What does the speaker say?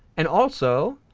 and also,